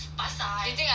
do you think I like it